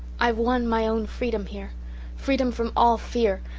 i've won my own freedom here freedom from all fear.